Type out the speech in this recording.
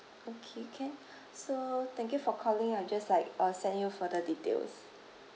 okay can so thank you for calling I will just like uh send you further details